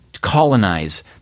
colonize